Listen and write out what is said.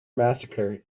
massacre